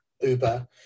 Uber